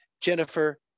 Jennifer